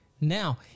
Now